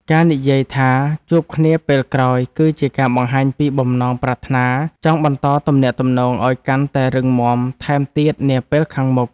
ការនិយាយថាជួបគ្នាពេលក្រោយគឺជាការបង្ហាញពីបំណងប្រាថ្នាចង់បន្តទំនាក់ទំនងឱ្យកាន់តែរឹងមាំថែមទៀតនាពេលខាងមុខ។